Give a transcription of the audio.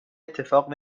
اتفاق